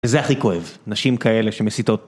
וזה הכי כואב, נשים כאלה שמסיתות.